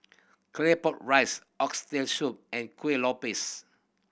Claypot Rice Oxtail Soup and Kuih Lopes